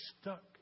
stuck